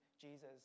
Jesus